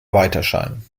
weiterscheinen